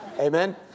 Amen